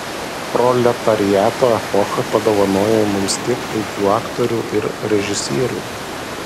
proletariato epocha padovanojo mums tiek puikių aktorių ir režisierių